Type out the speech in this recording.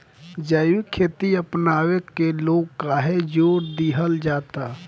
जैविक खेती अपनावे के लोग काहे जोड़ दिहल जाता?